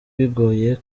bigoye